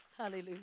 Hallelujah